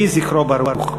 יהי זכרו ברוך.